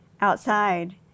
outside